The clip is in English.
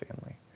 family